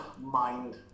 mind